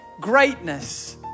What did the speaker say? greatness